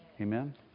Amen